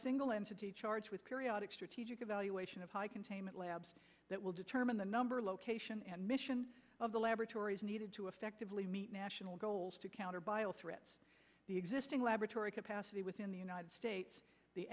single entity charged with periodic strategic evaluation of high containment labs that will determine the number location and mission of the laboratories needed to effectively meet national goals to counter bio threats the existing laboratory capacity within the united states the